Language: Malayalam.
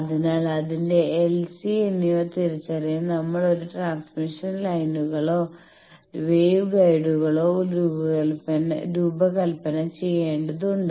അതിനാൽ അതിന്റെ എൽ സി എന്നിവ തിരിച്ചറിയാൻ നമ്മൾ ഒരു ട്രാൻസ്മിഷൻ ലൈനുകളോ വേവ് ഗൈഡുകളോ രൂപകൽപ്പന ചെയ്യേണ്ടതുണ്ട്